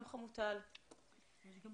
בבקשה.